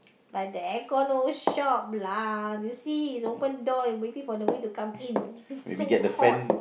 like the aircon no shop lah you see it's open door waiting for the wind to come in so hot